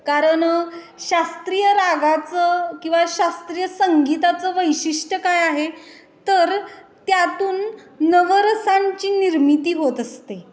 कारण शास्त्रीय रागाचं किंवा शास्त्रीय संगीताचं वैशिष्ट्य काय आहे तर त्यातून नवरसांची निर्मिती होत असते